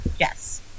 Yes